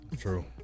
True